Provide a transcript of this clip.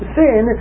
sin